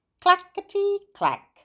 clackety-clack